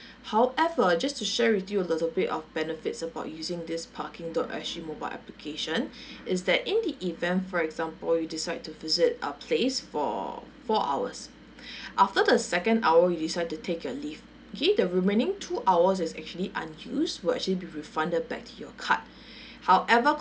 however just to share with you a little bit of benefits about using this parking dot S G mobile application is that in the event for example you decide to visit a place for four hours after the second hour you decide to take your leave okay the remaining two hours is actually unused will actually be refunded back your card however